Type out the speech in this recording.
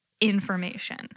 information